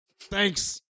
Thanks